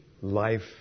life